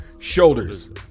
shoulders